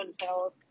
health